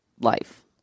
life